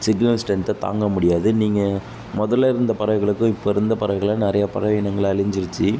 signal ஸ்ட்ரென்த்தை தாங்க முடியாது நீங்கள் முதல்ல இருந்த பறவைகளுக்கும் இப்போ இருந்த பறவைகளை நிறைய பறவை இனங்கள் அழிஞ்சிருத்து